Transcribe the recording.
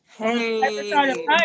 hey